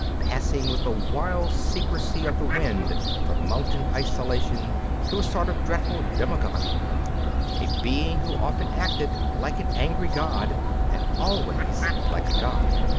passing with the wild secrecy of the wind from mountain isolation to a sort of dreadful demagogy a being who often acted like an angry god and always like a god.